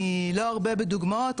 אני לא ארבה בדוגמאות,